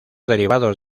derivados